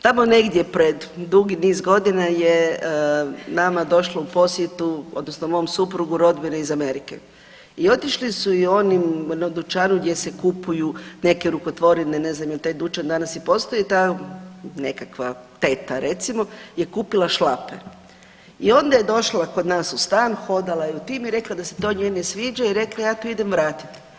Tamo negdje pred drugi niz godina je nama došla u posjetu odnosno mom suprugu rodbina iz Amerike i otišli su i oni u dućan gdje se kupuju neke rukotvorine, ne znam jel taj dućan danas i postoji ta nekakva teta recimo je kupila šlape i onda je došla kod nas u stan hodala je u tim i rekla da se to njoj ne sviđa i rekla ja to idem vratit.